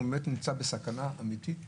שהוא באמת נמצא בסכנה אמיתית,